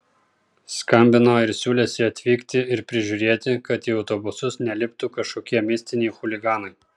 skambino ir siūlėsi atvykti ir prižiūrėti kad į autobusus neliptų kažkokie mistiniai chuliganai